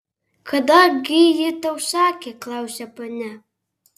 kada gi ji tau sakė klausia ponia